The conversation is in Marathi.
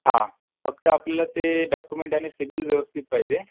हा फक्त आपलं ते डाकूमेंट आणि सिबिल व्यवस्थित पाहिजे